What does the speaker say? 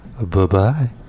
Bye-bye